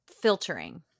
filtering